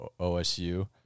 OSU